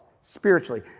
spiritually